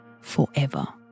forever